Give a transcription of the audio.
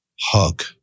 hug